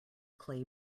clay